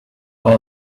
all